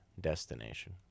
destination